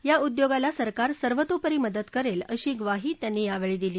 या उद्योगाला सरकार सर्वतोपरी मदत करेल अशी ग्वाही त्यांनी यावेळी दिली